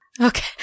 Okay